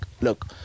look